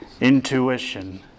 intuition